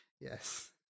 Yes